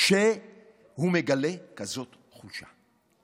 שהוא מגלה כזאת חולשה?